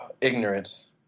ignorance